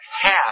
half